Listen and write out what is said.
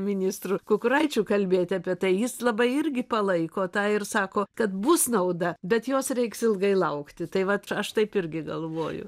ministru kukuraičiu kalbėti apie tai jis labai irgi palaiko tą ir sako kad bus nauda bet jos reiks ilgai laukti tai vat aš taip irgi galvoju